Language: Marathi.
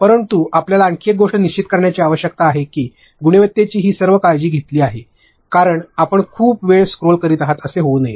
परंतु आपल्याला आणखी एक गोष्ट निश्चित करण्याची आवश्यकता आहे की गुणवत्तेची ही सर्व काळजी घेतली गेली आहे कारण आपण खूप वेळ स्क्रोल करीत आहात असे होऊ नये